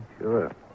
Sure